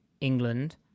England